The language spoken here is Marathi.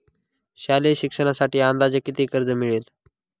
शालेय शिक्षणासाठी अंदाजे किती कर्ज मिळेल?